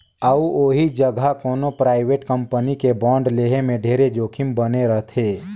अउ ओही जघा कोनो परइवेट कंपनी के बांड लेहे में ढेरे जोखिम बने रथे